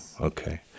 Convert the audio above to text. Okay